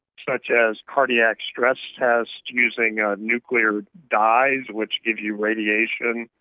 such as cardiac stress tests using nuclear dyes which give you radiation,